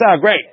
Great